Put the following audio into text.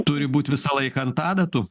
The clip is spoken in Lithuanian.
turi būt visą laiką ant adatų